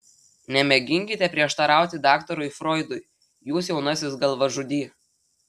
nemėginkite prieštarauti daktarui froidui jūs jaunasis galvažudy